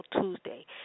Tuesday